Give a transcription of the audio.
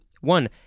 One